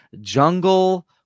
Jungle